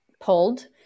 pulled